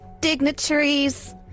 dignitaries